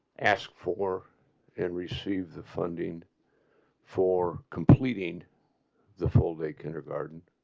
ask for and receive the funding for completing the full day kindergarten,